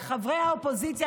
וחברי הקואליציה,